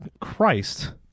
Christ